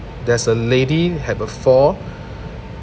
there's a lady had a fall